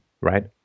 Right